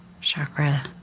chakra